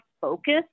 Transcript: focus